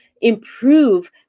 improve